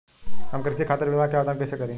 हम कृषि खातिर बीमा क आवेदन कइसे करि?